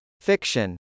Fiction